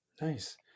Nice